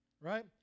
right